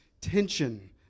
tension